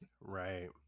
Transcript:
Right